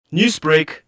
Newsbreak